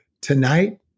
tonight